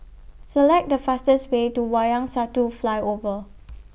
Select The fastest Way to Wayang Satu Flyover